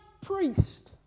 priest